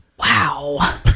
Wow